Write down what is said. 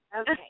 Okay